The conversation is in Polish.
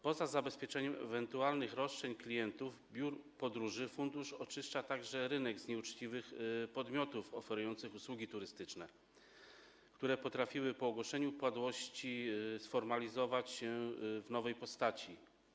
Poza zabezpieczeniem ewentualnych roszczeń klientów biur podróży fundusz oczyszcza także rynek z nieuczciwych podmiotów oferujących usługi turystyczne, które potrafiły po ogłoszeniu upadłości sformalizować się w nowej postaci.